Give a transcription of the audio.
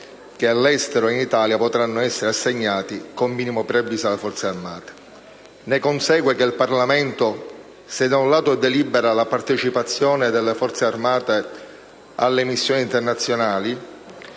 che, all'estero e in Italia, potranno essere assegnati, con minimo preavviso, alle Forze armate. Ne consegue che il Parlamento, se da un lato delibera la partecipazione delle Forze armate alle missioni internazionali,